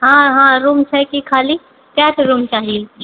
हँ हँ रूम छै कि खाली कैटा रूम चाही